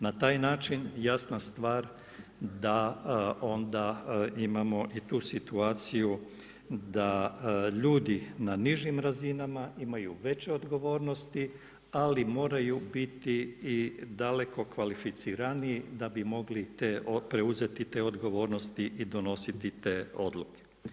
Na taj način jasna stvar da onda imamo i tu situaciju da ljudi na nižim razinama imaju veće odgovornosti ali moraju biti i daleko kvalificiraniji da bi mogli preuzeti te odgovornosti i donositi te odluke.